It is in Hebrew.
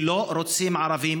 ולא רוצים שם ערבים.